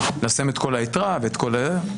לשים את כל היתרה ואת כל זה.